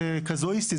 זה כזואיסטי,